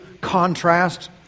contrast